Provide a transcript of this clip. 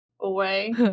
away